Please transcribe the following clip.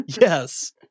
Yes